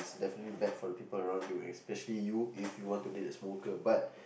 definitely bad for the people around you and especially you if you want to date a smoker but